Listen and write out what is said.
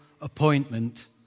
appointment